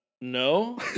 no